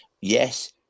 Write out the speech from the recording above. yes